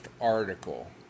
article